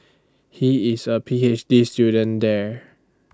he is A P H D student there